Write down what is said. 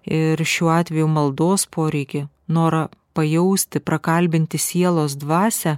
ir šiuo atveju maldos poreikį norą pajausti prakalbinti sielos dvasią